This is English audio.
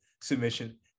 submission